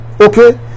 okay